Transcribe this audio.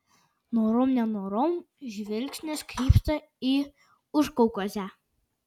norom nenorom žvilgsnis krypsta į užkaukazę